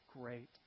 great